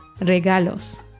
¡Regalos